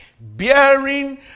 bearing